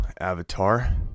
Avatar